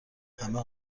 همه